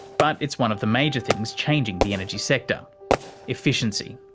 but it's one of the major things changing the energy sector efficiency.